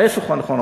ההפך הוא הנכון.